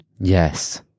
Yes